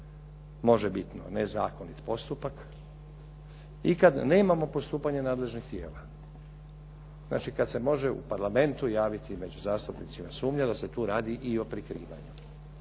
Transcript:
možebitno nezakonit postupak i kad nema postupanje nadležnih tijela. Znači, kad se može u Parlamentu javiti među zastupnicima sumnja da se tu radi i o prikrivanju.